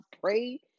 pray